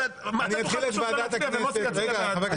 אתה תוכל --- ומוסי יצביע בעדך.